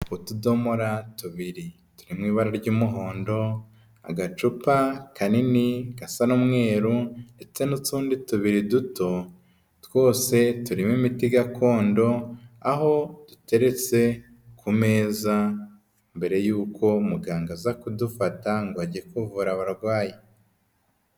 Utudomora tubiri turi mu ibara ry'umuhondo, agacupa kanini gasa n'umweru ndetse n'utundi tubiri duto. Twose turimo imiti gakondo aho duteretse ku meza mbere y'uko muganga aza kudufata ngo ajye kuvura abarwayi.